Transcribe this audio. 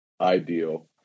ideal